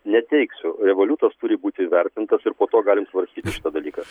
neteiksiu revoliutas turi būti įvertintas ir po to galim svarstyti šitą dalyką